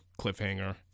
cliffhanger